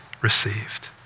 received